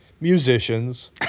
Musicians